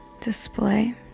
display